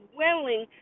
willing